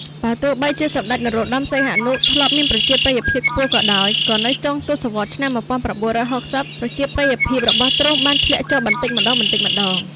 បើទោះបីជាសម្ដេចព្រះនរោត្តម សីហនុ ធ្លាប់មានប្រជាប្រិយភាពខ្ពស់ក៏ដោយ ក៏នៅចុងទសវត្សរ៍ឆ្នាំ ១៩៦០ ប្រជាប្រិយភាពរបស់ទ្រង់បានធ្លាក់ចុះបន្តិចម្តងៗ។